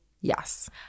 yes